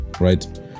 right